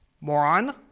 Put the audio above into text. moron